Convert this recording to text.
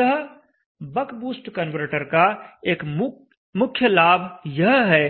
अतः buck boost converter का एक मुख्य लाभ यह है